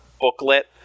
booklet